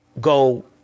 go